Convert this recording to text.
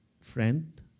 friend